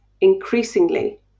increasingly